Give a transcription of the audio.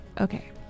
Okay